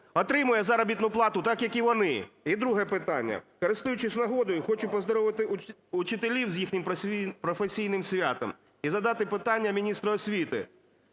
отримує заробітну плату так, як і вони". І друге питання. Користуючись нагодою, хочу поздоровити учителів з їхнім професійним святом і задати питання міністру освіти